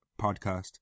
podcast